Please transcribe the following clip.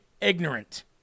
ignorant